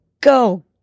Go